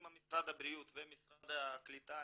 אם משרד הבריאות ומשרד הקליטה,